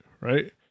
Right